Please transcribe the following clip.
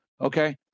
Okay